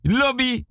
lobby